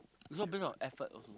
is not based on effort also